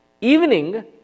evening